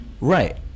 Right